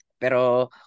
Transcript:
Pero